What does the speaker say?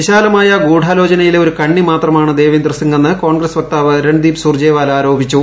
വിശാലമായ ഗൂഢാലോചനയിലെ ഒരു കണ്ണി മാത്രമാണ് ദേവീന്ദർ സിങ്ങെന്ന് കോൺഗ്രസ് വക്താവ് രൺദീപ് സുർജേവാല ആരോപിച്ചു